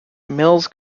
mills